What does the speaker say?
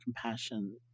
compassion